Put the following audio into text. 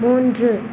மூன்று